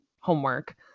homework